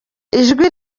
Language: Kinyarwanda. ijwi